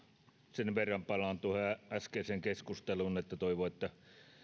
sen verran palaan tuohon äskeiseen keskusteluun että toivon että